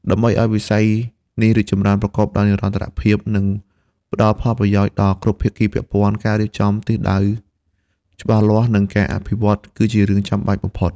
ដើម្បីឲ្យវិស័យនេះរីកចម្រើនប្រកបដោយនិរន្តរភាព និងផ្ដល់ផលប្រយោជន៍ដល់គ្រប់ភាគីពាក់ព័ន្ធ ការរៀបចំទិសដៅច្បាស់លាស់ និងការអភិវឌ្ឍន៍ គឺជារឿងចាំបាច់បំផុត។